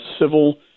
civil